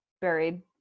buried